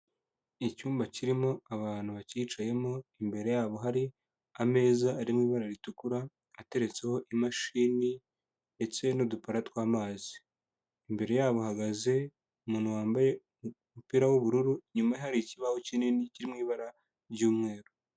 Icyumba kirimo abantu bacyicayemo, imbere yabo hari ameza arimo ibara ritukura, ateretseho imashini, ndetse n'udupara tw'amazi, imbere yabo hahagaze umuntu wambaye umupira w'ubururu, nyuma hari ikibaho kinini kiri mu ibara ry'umweru.